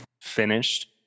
finished